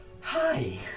Hi